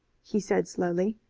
he said slowly.